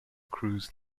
cruise